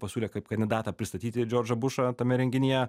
pasiūlė kaip kandidatą pristatyti džordžą bušą tame renginyje